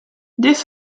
this